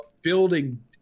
Building